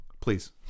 Please